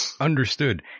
Understood